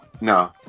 No